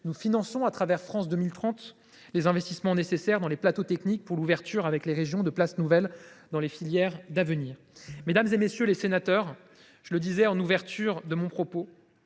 nous finançons les investissements nécessaires dans les plateaux techniques pour l’ouverture avec les régions de places nouvelles dans les filières d’avenir. Mesdames, messieurs les sénateurs, comme je l’indiquais en ouverture de mon propos,